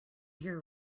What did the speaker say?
hear